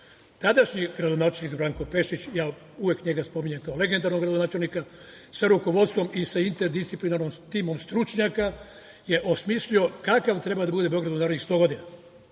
gradu. Tadašnji gradonačelnik, Branko Pešić, ja uvek njega spominjem kao legendarnog gradonačelnika, sa rukovodstvom i sa interdisciplinarnim timom stručnjaka je osmislio kakav treba da bude Beograd u narednih 100 godina.